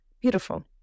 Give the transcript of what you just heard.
Beautiful